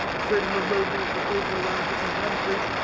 freedom of movement for people around the different countries.